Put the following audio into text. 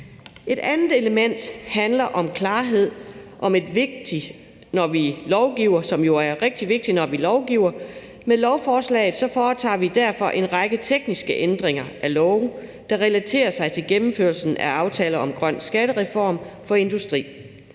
Et andet element handler om klarhed, som jo er rigtig vigtigt, når vi lovgiver. Med lovforslaget foretager vi derfor en række tekniske ændringer af love, der relaterer sig til gennemførelsen af aftale om grøn skattereform for industri.